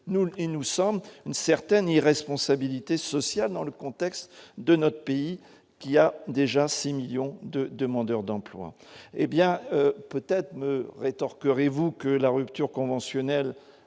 et nous sommes une certaine irresponsabilité sociale dans le contexte de notre pays, qu'il y a déjà 6 millions de demandeurs d'emploi, hé bien peut-être me rétorque vous que la rupture conventionnelle